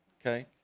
okay